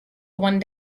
one